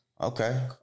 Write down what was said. Okay